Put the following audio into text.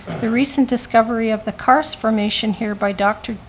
the recent discovery of the karst formation here by dr.